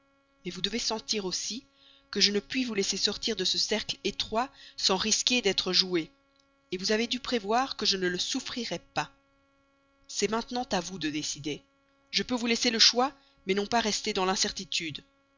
mais vous devez sentir aussi que je ne puis vous laisser sortir de ce cercle étroit sans risquer d'être joué vous avez dû prévoir que je ne le souffrirais pas c'est maintenant à vous à décider je peux vous laisser le choix mais non pas rester dans l'incertitude